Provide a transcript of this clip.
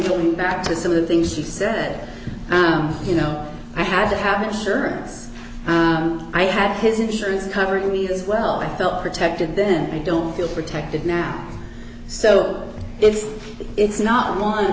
going back to some of the things she said you know i had to have insurance i had his insurance covered we as well i felt protected then i don't feel protected now so if it's not one